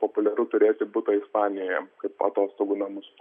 populiaru turėti butą ispanijoje kaip atostogų namus